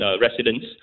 residents